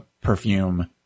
perfume